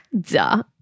Duh